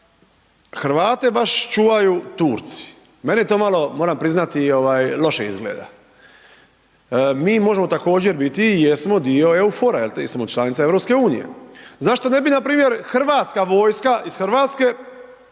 Hrvate baš čuvaju Turci, meni je to malo, moram priznati loše izgleda. Mi možemo također biti i jesmo dio EUFOR-a jer smo članica EU. Zašto ne bi npr. Hrvatska vojska iz RH